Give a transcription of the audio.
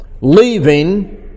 Leaving